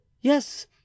Yes